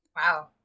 Wow